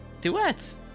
Duets